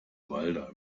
walter